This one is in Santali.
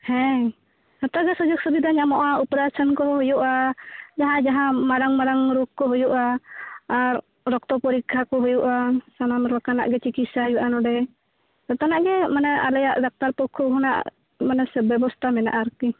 ᱦᱮᱸ ᱡᱚᱛᱚ ᱜᱮ ᱥᱩᱡᱳᱜᱽ ᱥᱩᱵᱤᱫᱟ ᱧᱟᱢᱚᱜᱼᱟ ᱚᱯᱟᱨᱮᱥᱚᱱ ᱠᱚᱦᱚᱸ ᱦᱩᱭᱩᱜᱼᱟ ᱡᱟᱦᱟᱸᱭ ᱡᱟᱦᱟᱸ ᱢᱟᱨᱟᱝ ᱢᱟᱨᱟᱝ ᱨᱳᱜᱽ ᱠᱚ ᱦᱩᱭᱩᱜᱼᱟ ᱟᱨ ᱨᱚᱠᱛᱚ ᱯᱚᱨᱤᱠᱠᱷᱟ ᱠᱚ ᱦᱩᱭᱩᱜᱼᱟ ᱥᱟᱱᱟᱢ ᱞᱮᱠᱟᱱᱟᱜ ᱜᱮ ᱪᱤᱠᱤᱛᱥᱟ ᱦᱩᱭᱩᱜᱼᱟ ᱱᱚᱸᱰᱮ ᱡᱚᱛᱚᱱᱟᱜ ᱜᱮ ᱢᱟᱱᱮ ᱟᱞᱮᱭᱟᱜ ᱰᱟᱠᱛᱟᱨ ᱯᱚᱠᱷᱚ ᱠᱷᱚᱱᱟᱜ ᱢᱟᱱᱮ ᱵᱮᱵᱚᱥᱛᱟ ᱢᱮᱱᱟᱜᱼᱟ ᱟᱨᱠᱤ